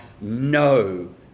no